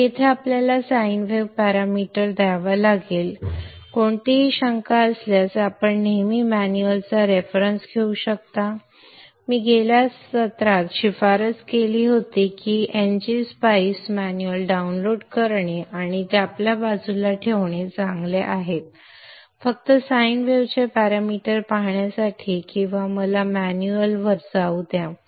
तर येथे आपल्याला साइन वेव्ह पॅरामीटर द्यावा लागेल कोणतीही शंका असल्यास आपण नेहमी मॅन्युअलचा रेफरन्स घेऊ शकता मी गेल्या सत्रात शिफारस केली होती की एनजी स्पाइस मॅन्युअल डाउनलोड करणे आणि ते आपल्या बाजूला ठेवणे चांगले आहे फक्त साइन वेव्हचे पॅरामीटर पाहण्यासाठी किंवा मला मॅन्युअलवर जाऊ द्या